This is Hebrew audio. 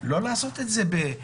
לא לעשות את זה בחיפזון.